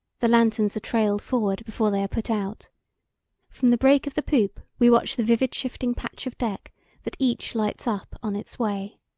the lanterns are trailed forward before they are put out from the break of the poop we watch the vivid shifting patch of deck that each lights up on its way.